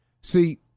See